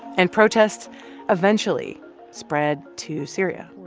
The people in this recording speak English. and protests eventually spread to syria